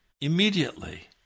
immediately